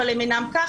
אבל זה לא כך.